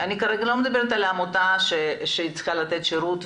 אני כרגע לא מדברת על העמותה שצריכה לתת שירות,